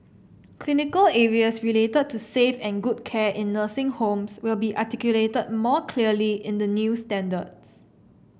clinical areas related to safe and good care in nursing homes will be articulated more clearly in the new standards